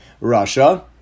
Russia